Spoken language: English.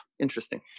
interesting